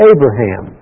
Abraham